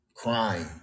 crying